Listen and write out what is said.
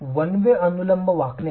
एक वे अनुलंब वाकणे